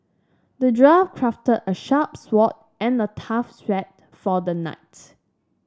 the dwarf crafted a sharp sword and a tough shield for the knight